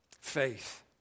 Faith